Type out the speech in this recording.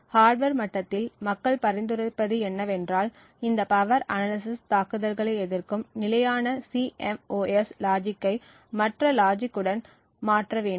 hardware மட்டத்தில் மக்கள் பரிந்துரைத்திருப்பது என்னவென்றால் இந்த பவர் அனாலிசிஸ் தாக்குதல்களை எதிர்க்கும் நிலையான CMOS லாஜிக்கை மற்ற லாஜிக் உடன் மாற்ற வேண்டும்